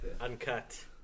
Uncut